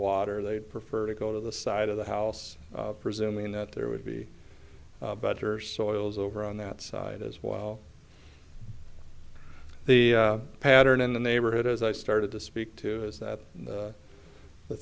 water they'd prefer to go to the side of the house presuming that there would be better soils over on that side as well the pattern in the neighborhood as i started to speak to is that the th